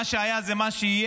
מה שהיה זה מה שיהיה.